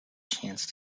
chance